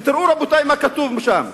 ותראו, רבותי, מה כתוב שם: